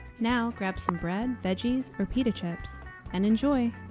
now grab some bread, veggies or pita chips and enjoy!